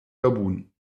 gabun